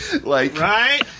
Right